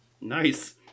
Nice